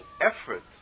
effort